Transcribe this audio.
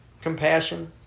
compassion